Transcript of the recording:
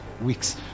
weeks